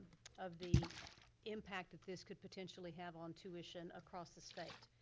of the impact that this could potentially have on tuition across the state.